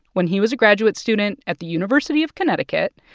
when he was a graduate student at the university of connecticut,